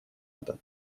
это